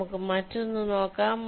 നമുക്ക് മറ്റൊന്ന് നോക്കാം